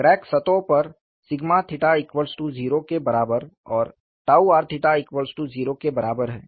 crack सतहों पर 0 के बराबर और r 0 के बराबर है